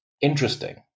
interesting